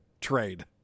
trade